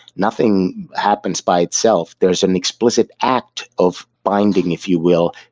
nothing happens by itself. there's an explicit act of binding, if you will,